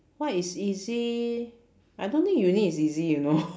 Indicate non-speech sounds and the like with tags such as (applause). what is easy I don't think uni is easy you know (laughs)